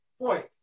Boy